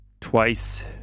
twice